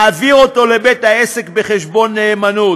ומעביר אותו לבית העסק בחשבון נאמנות.